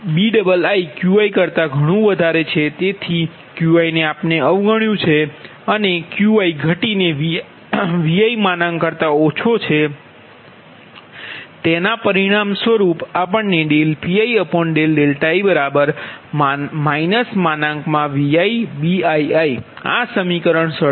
તેથી આ શબ્દ Qi ઘટીને Vi2 છે તેથી Pii ViBii આ સમીકરણ 67